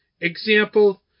example